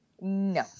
No